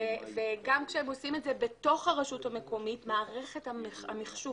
גם כשהם עושים את זה בתוך הרשות המקומית מערכת המחשוב,